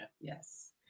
Yes